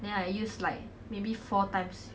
then I use like maybe four times